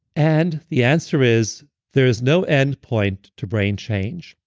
and the answer is there's no end point to brain change.